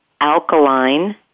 alkaline